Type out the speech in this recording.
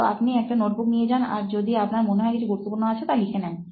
তো আপনি একটা নোটবুক নিয়ে যান আর যদি আপনার মনে হয় কিছু গুরুত্বপূর্ণ আছে তা লিখে নেন